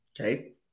Okay